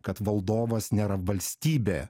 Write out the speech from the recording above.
kad valdovas nėra valstybė